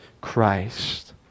Christ